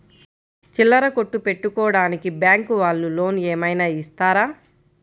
చిల్లర కొట్టు పెట్టుకోడానికి బ్యాంకు వాళ్ళు లోన్ ఏమైనా ఇస్తారా?